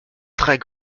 très